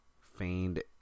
feigned